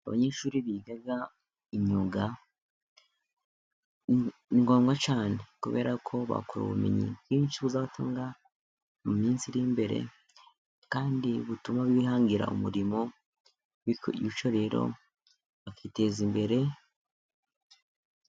Abanyeshuri biga imyuga, ni ngombwa cyane kubera ko bahakura ubumenyi bwinshi buzabatunga mu minsi iri imbere, kandi butuma bihangira umurimo, bityo rero bakiteza imbere...